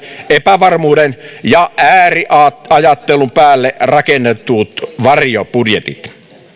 epävarmuuden ja ääriajattelun päälle rakennetut varjobudjetit